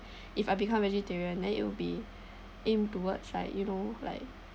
if I become vegetarian then it'll be aimed towards like you know like